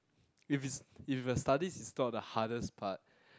if is if the studies is not the hardest part